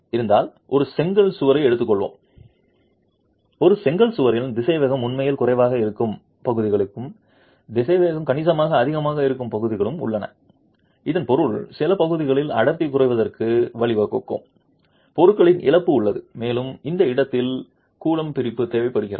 இருந்தால் ஒரு செங்கல் சுவரை எடுத்துக்கொள்வோம் ஒரு செங்கல் சுவரில் திசைவேகம் உண்மையில் குறைவாக இருக்கும் பகுதிகளும் திசைவேகம் கணிசமாக அதிகமாக இருக்கும் பகுதிகளும் உள்ளன இதன் பொருள் சில பகுதிகளில் அடர்த்தி குறைவதற்கு வழிவகுக்கும் பொருளின் இழப்பு உள்ளது மேலும் அந்த இடத்தில் கூழ்மப்பிரிப்பு தேவைப்படுகிறது